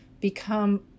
become